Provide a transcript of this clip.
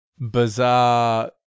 bizarre